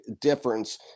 difference